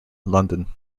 london